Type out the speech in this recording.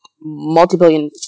Multi-billion